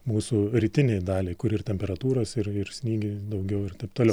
mūsų rytinei daliai kur ir temperatūros ir ir snygiai daugiau toliau